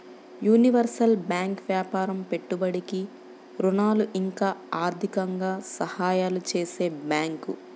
universal bank వ్యాపారం పెట్టుబడికి ఋణాలు ఇంకా ఆర్థికంగా సహాయాలు చేసే బ్యాంకు